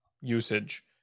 usage